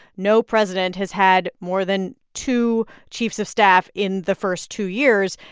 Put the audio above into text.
no president has had more than two chiefs of staff in the first two years,